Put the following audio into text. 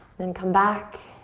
then come back.